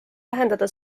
vähendada